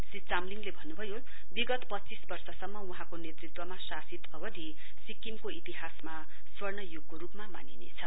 श्री चामलिङले भन्नुभयो विगत पञ्चीस वर्षसम्म वहाँको नेतृत्वमा शासित अवधि सिक्किमको इतिहासमा स्वर्ण युगको रुपमा मानिनेछ